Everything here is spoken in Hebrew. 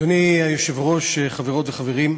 אדוני היושב-ראש, חברות וחברים,